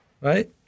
Right